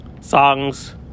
songs